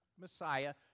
Messiah